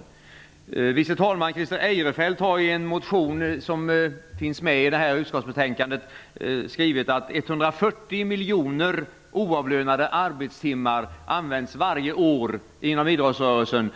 Tredje vice talman Christer Eirefelt säger i en motion som behandlas i detta utskottsbetänkande att 140 miljoner oavlönade arbetstimmar varje år används inom idrottsrörelsen